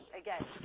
again